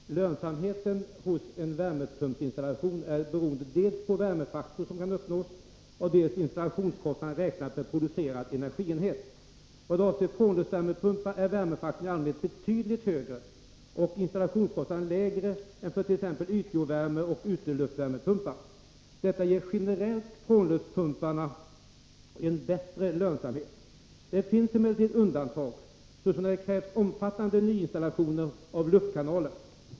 Herr talman! Låt mig försöka att göra ett mycket kort klarläggande. Lönsamheten i en värmepumpsinstallation är beroende dels på den värmefaktor som kan uppnås, dels på installationskostnad räknad per producerad energienhet. Vad avser frånluftsvärmepumpar är värmefaktorn i allmänhet betydligt högre och installationskostnaden lägre än för t.ex. ytjordsvärmeoch ytterluftsvärmepumpar. Detta ger generellt frånluftsvärmepumparna en bättre lönsamhet. Det finns emellertid undantag, såsom när det krävs omfattande nyinstallationer av luftkanaler.